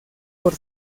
por